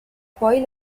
poi